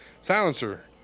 Silencer